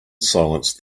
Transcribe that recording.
silence